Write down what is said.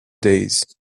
days